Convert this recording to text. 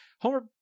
Homer